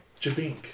Jabink